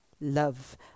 love